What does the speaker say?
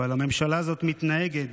אבל הממשלה הזאת מתנהגת